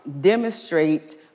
demonstrate